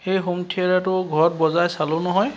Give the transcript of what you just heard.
সেই হোম থিয়েটাৰটো ঘৰত বজাই চালোঁ নহয়